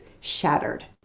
shattered